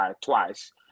twice